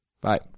Bye